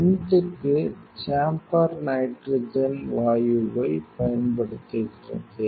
வென்ட்க்கு chamber nitrogen வாயுவைப் பயன்படுத்துகிறது